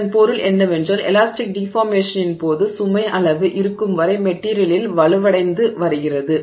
இதன் பொருள் என்னவென்றால் எலாஸ்டிக் டிஃபார்மேஷனின் போது சுமை அளவு இருக்கும் வரை மெட்டிரியல் வலுவடைந்து வருகிறது